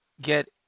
get